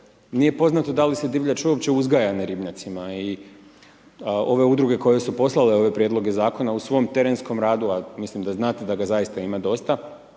nije poznato da li se divljač uopće uzgaja na ribnjacima i ove udruge koje su poslale ove prijedloga zakona u svom terenskom radu, a mislim da znate da ga ima dosta,